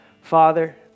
Father